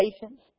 patience